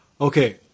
Okay